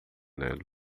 nele